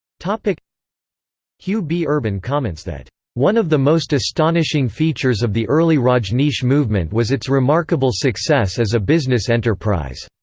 like hugh b. urban comments that one of the most astonishing features of the early rajneesh movement was its remarkable success as a business enterprise.